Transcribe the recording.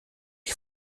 die